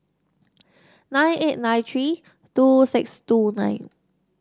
nine eight nine three two six two nine